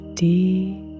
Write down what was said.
deep